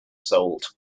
sold